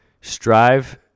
strive